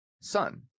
son